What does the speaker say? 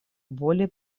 более